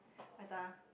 my turn ah